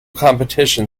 competition